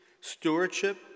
stewardship